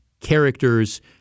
characters